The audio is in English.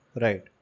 Right